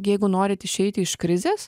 jeigu norit išeiti iš krizės